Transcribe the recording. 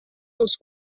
els